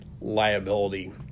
liability